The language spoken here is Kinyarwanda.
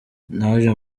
naje